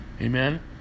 Amen